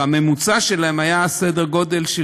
והממוצע שלהם היה סדר גודל של